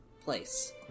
place